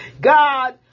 God